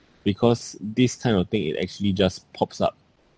because this kind of thing it actually just pops up